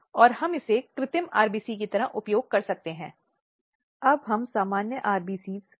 अब यह एक ऐसी स्थिति है जिसकी उपेक्षा की जाती है इस मामले में परिवार की ओर से पूर्ण विफलता है